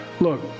Look